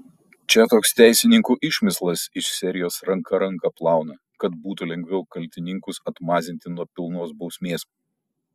čia toks teisininkų išmislas iš serijos ranka ranką plauna kad būtų lengviau kaltininkus atmazinti nuo pilnos bausmės